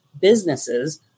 businesses